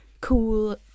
cool